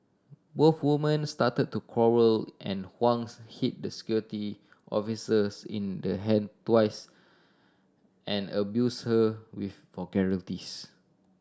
both woman started to quarrel and Huang's hit the Security Officers in the hand twice and abuse her with vulgarities